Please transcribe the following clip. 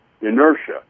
inertia